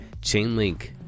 Chainlink